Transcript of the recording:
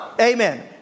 Amen